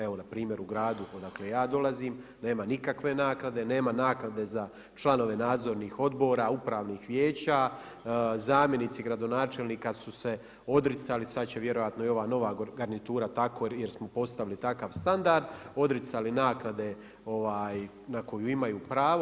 Evo, npr. u gradu odakle ja dolazim, nema nikakve naknade, nema naknade za članove nadzornih odbora, upravnih vijeća, zamjenici gradonačelnika su se odricali sad će vjerojatno i ova nova garnitura tako, jer smo postali takav standard, odricale naknade na koju imaju pravo.